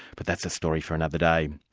but that's a story for another day.